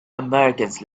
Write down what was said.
americans